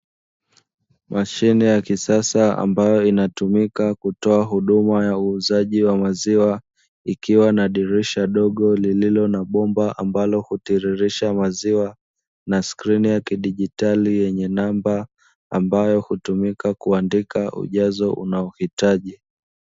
Mashine ya kisasa ambayo inayotumika kutoa huduma ya uuzaji wa maziwa ikiwa na dirisha dogo, lililo na bomba ambalo hutiririsha maziwa, na skrini ya kijitali yenye namba ambayo hutumika kuandika ujazo unaouhitaji.